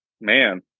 Man